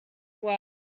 work